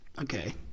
okay